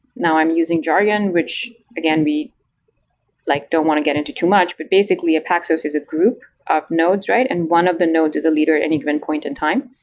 now, i'm using jargon, which again we like don't want to get into too much. but basically a paxos is a group of nodes, and one of the nodes is a leader at any given point in time.